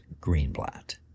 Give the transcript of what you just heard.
Greenblatt